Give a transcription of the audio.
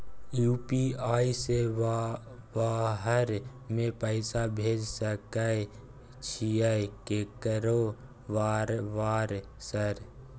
UPI से बाहर में पैसा भेज सकय छीयै केकरो बार बार सर?